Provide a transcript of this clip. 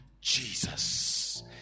jesus